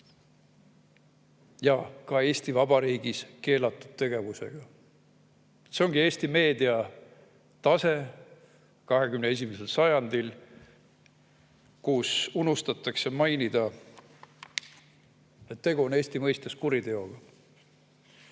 –, ja Eesti Vabariigis keelatud tegevusega. See ongi Eesti meedia tase 21. sajandil – unustatakse mainida, et tegu on Eesti mõistes kuriteoga.